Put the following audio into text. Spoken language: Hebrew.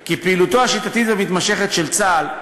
כי פעילותו המתמשכת והשיטתית של צה"ל,